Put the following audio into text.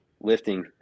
Lifting